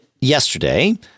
yesterday